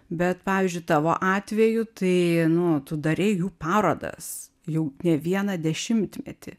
bet pavyzdžiui tavo atveju tai nu tu darei jų parodas jau ne vieną dešimtmetį